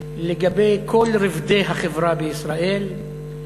לגבי כל רובדי החברה בישראל,